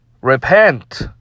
repent